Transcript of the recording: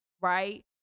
Right